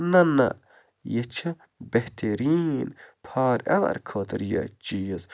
نہ نہ یہِ چھِ بہتریٖن فار اٮ۪وَر خٲطرٕ یہِ چیٖز